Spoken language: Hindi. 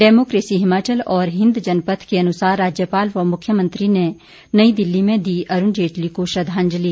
डेमोक्रेसी हिमाचल और हिन्द जनपथ के अनुसार राज्यपाल व मुख्यमंत्री ने नई दिल्ली में दी अरुण जेटली को श्रद्धांजलि